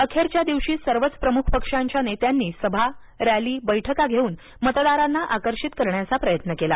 अखेरच्या दिवशी सर्वच प्रमुख पक्षांच्या नेत्यांनी सभा रॅली बैठका घेऊन मतदारांना आकर्षित करण्याचा प्रयत्न केला